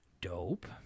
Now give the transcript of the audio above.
Dope